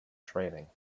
training